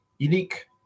Unique